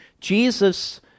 Jesus